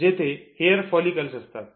जेथे hair follicles असतात